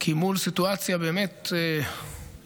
כי מול סיטואציה באמת